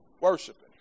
worshiping